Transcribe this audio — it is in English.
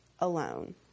alone